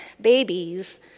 babies